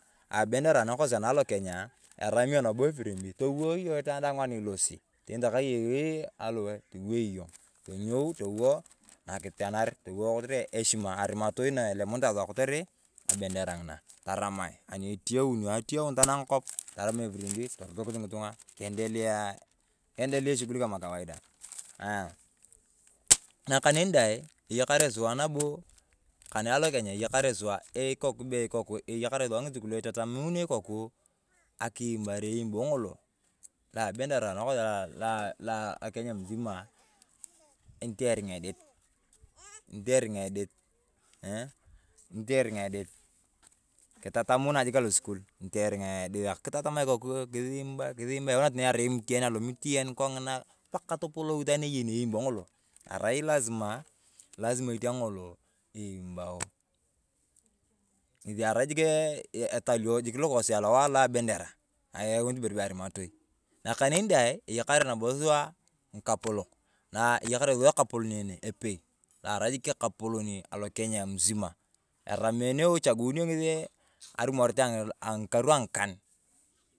Abendera anakosi ana alokenya, eramio epirimpi towoo yong itwaan daang anilosi, teni takaa eyei aliwae iwoi yong. Tonyou towoo kitenar, towoo kotere eshima arimatai na elimunitae sua kotere abendera ng’ina. Taramae anitiyeunio ateyeun tonak kop toramae epirimpi torotokis ng’itung’a kiendelia eshugul kamaa kawaidaa. Ayaa, kaneni dee eyakare sua nabo kane alokenya eyakare sua ng’isukulio itatamunio ikoku akiimbare iimbo ng’olo lo abendera anakosi alo kenya msimaa ntii iring’a idiit, nti iring’a idiit. Eeeh ntii iring’a idiit, kitatamunae jik alosukul ntii ering’a ediseek, kitatamae ikoku, kisiimbae yaunae tani eraiemitian alomitian kong’ina pakaa topolou itwaan eyeni iimbo ng’olo. Arai lasimaa, lasimaa eting’a ng’olo iimbao. Ng’esi arai jikii ng’italio lukosi aliwae alo abendera eyanit ibere bee arimatoi. Na kaneni dee kiyakanar nabo sua ng’ikapolok na eyakare sua ekapolon ene epei lo arai jik ekapoloni alokenya msimaa. Arameneo ichagunio arumoret ang’ikar ang’ikan.